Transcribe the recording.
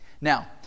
Now